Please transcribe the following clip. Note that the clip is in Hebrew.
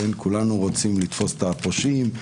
רוצים לתפוס את הפושעים.